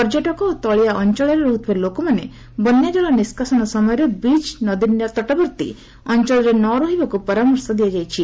ପର୍ଯ୍ୟଟକ ଓ ତଳିଆ ଅଞ୍ଚଳରେ ରହ୍ରଥିବା ଲୋକମାନେ ବନ୍ୟାଜଳ ନିଷ୍କାସନ ସମୟରେ ବିଜ୍ ନଦୀ ତଟବର୍ତ୍ତୀ ଅଞ୍ଚଳରେ ନ ରହିବାକୃ ପରାମର୍ଶ ଦିଆଯାଇଛି